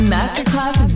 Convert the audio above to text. Masterclass